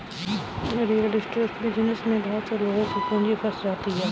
real estate business में बहुत से लोगों की पूंजी फंस जाती है